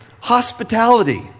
hospitality